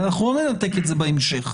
לא ננתק את זה בהמשך,